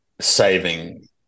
saving